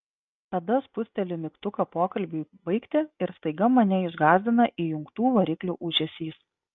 tada spusteli mygtuką pokalbiui baigti ir staiga mane išgąsdina įjungtų variklių ūžesys